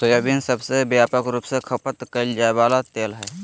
soybean सबसे व्यापक रूप से खपत कइल जा वला तेल हइ